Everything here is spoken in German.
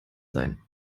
sein